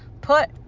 Put